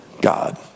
god